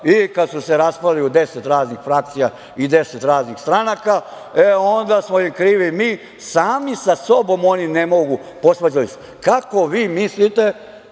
Kad su se raspali u 10 raznih frakcija i 10 raznih stranaka, e onda smo im krivi mi. Sami sa sobom oni ne mogu, posvađali su se. Kako vi mislite